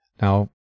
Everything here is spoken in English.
Now